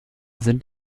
sind